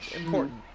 Important